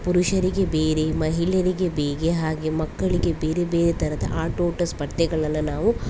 ಪುರುಷರಿಗೆ ಬೇರೆ ಮಹಿಳೆಯರಿಗೆ ಬೇಗೆ ಹಾಗೆ ಮಕ್ಕಳಿಗೆ ಬೇರೆ ಬೇರೆ ಥರದ ಆಟೋಟ ಸ್ಪರ್ಧೆಗಳನ್ನು ನಾವು